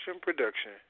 production